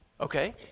Okay